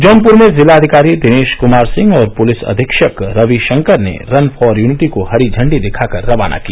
जौनपुर में जिलाधिकारी दिनेश कमार सिंह और पुलिस अधीक्षक रविशंकर ने रन फॉर यूनिटी को हरी झंडी दिखाकर रवाना किया